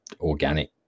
organic